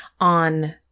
on